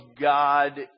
God